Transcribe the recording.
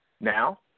Now